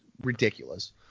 ridiculous